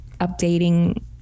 updating